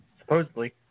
Supposedly